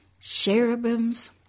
cherubims